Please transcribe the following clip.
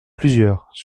plusieurs